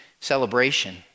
Celebration